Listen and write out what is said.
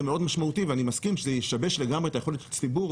מאוד משמעותי ואני מסכים שזה ישבש לגמרי את יכולת הציבור,